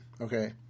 Okay